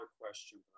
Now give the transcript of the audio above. question